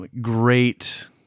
great